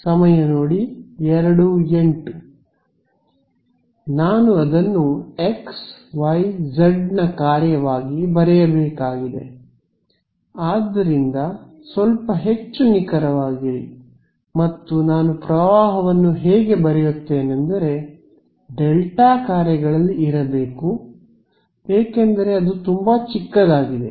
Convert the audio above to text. ವಿದ್ಯಾರ್ಥಿ ನಾನು ಅದನ್ನು x y z ನ ಕಾರ್ಯವಾಗಿ ಬರೆಯಬೇಕಾಗಿದೆ ಆದ್ದರಿಂದ ಸ್ವಲ್ಪ ಹೆಚ್ಚು ನಿಖರವಾಗಿರಿ ಮತ್ತು ನಾನು ಪ್ರವಾಹವನ್ನು ಹೇಗೆ ಬರೆಯುತ್ತೇನಂದರೆ ಡೆಲ್ಟಾ ಕಾರ್ಯಗಳಲ್ಲಿ ಇರಬೇಕು ಏಕೆಂದರೆ ಅದು ತುಂಬಾ ಚಿಕ್ಕದಾಗಿದೆ